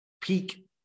peak